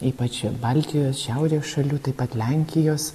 ypač baltijos šiaurės šalių taip pat lenkijos